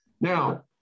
Now